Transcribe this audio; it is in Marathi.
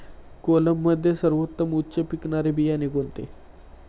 कोलममध्ये सर्वोत्तम उच्च पिकणारे बियाणे कोणते?